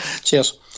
Cheers